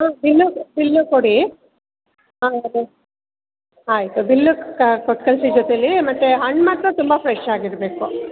ಹಾಂ bill bill ಕೊಡಿ ಹಾಂ ಅದೇ ಆಯಿತು ಬಿಲ್ಲೂ ಕೊಟ್ಟು ಕಳಿಸಿ ಜೊತೆಲಿ ಮತ್ತು ಹಣ್ಣು ಮಾತ್ರ ತುಂಬ ಫ್ರೆಶ್ ಆಗಿರಬೇಕು